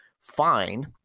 fine